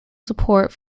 support